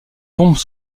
bombes